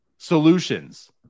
solutions